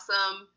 awesome